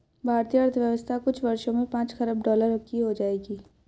भारतीय अर्थव्यवस्था कुछ वर्षों में पांच खरब डॉलर की हो जाएगी